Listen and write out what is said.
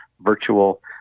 virtual